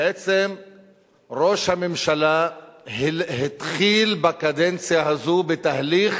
בעצם ראש הממשלה התחיל בקדנציה הזאת בתהליך